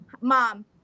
mom